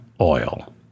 oil